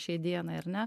šiai dienai ar ne